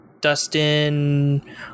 Dustin